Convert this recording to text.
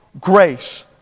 Grace